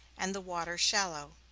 and the water shallow.